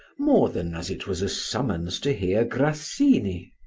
more than as it was a summons to hear grassini?